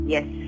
Yes